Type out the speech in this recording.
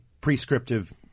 prescriptive